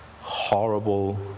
horrible